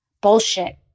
bullshit